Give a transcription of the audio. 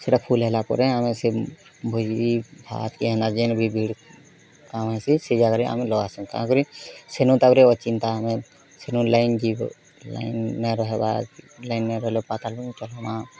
ସେଟା ଫୁଲ୍ ହେଲା ପରେ ଆମେ ସେ ଭୋଜି ଭାତ୍ କି ହେନ୍ତା ଯେନ୍ ବି ଭିଡ଼୍ କାମ୍ ହେସି ସେ ଜାଗାରେ ଆମେ ଲଗାସୁଁ କାଁ କରି ସେନୁ ତାପରେ ଅଚିନ୍ତା ଆମେ ସେନୁ ଲାଇନ୍ ଯିବ ଲାଇନ୍ ନାଇଁ ରହେବାର୍ ନାଇଁ ରହେଲେ ପାତାଲ୍ ବୋରିଙ୍ଗ ଚଲାମା